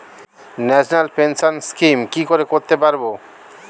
National pension scheme কি করে করতে পারব?